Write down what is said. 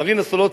מרינה סולודקין,